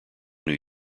new